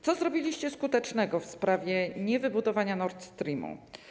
Co zrobiliście skutecznego w sprawie niewybudowania Nord Stream?